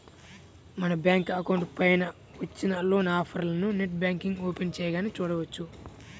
మన bank account పైన వచ్చిన లోన్ ఆఫర్లను నెట్ బ్యాంకింగ్ ఓపెన్ చేయగానే చూడవచ్చు